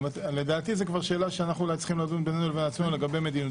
לדעתי זו כבר שאלה שאנחנו צריכים לדון בינינו לבין עצמנו לגבי מדיניות.